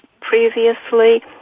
previously